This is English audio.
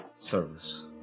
service